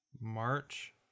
March